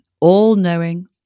all-knowing